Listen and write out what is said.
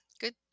Good